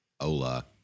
Hola